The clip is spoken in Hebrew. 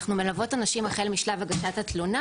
אנחנו מלוות אנשים החל בשלב הגשת התלונה